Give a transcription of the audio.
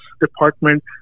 department